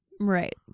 Right